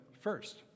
first